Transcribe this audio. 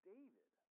David